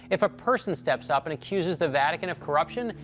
if a person steps up and accuses the vatican of corruption,